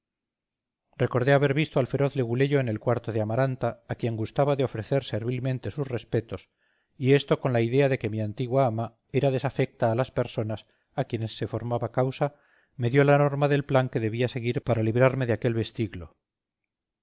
recordé haber visto al feroz leguleyo en el cuarto de amaranta a quien gustaba de ofrecer servilmente sus respetos y esto con la idea de que mi antigua ama era desafecta a las personas a quienes se formaba la causa me dio la norma del plan que debía seguir para librarme de aquel vestiglo